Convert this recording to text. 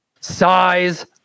size